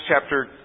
chapter